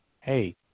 Hey